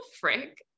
frick